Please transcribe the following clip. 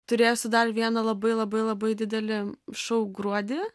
turėsiu dar vieną labai labai labai didelį šou gruodį